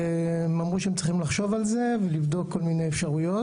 הם אמרו שהם צריכים לחשוב על זה ולבדוק כל מיני אפשרויות.